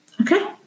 Okay